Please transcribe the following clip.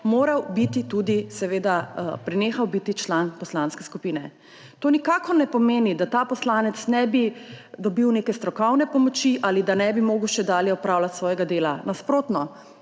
stranka zastopa, seveda tudi prenehal biti član poslanske skupine. To nikakor ne pomeni, da ta poslanec ne bi dobil neke strokovne pomoči ali da ne bi mogel še dalje opravljati svojega dela. Nasprotno,